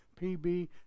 PB